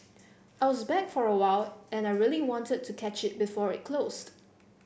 I was back for a while and I really wanted to catch it before it closed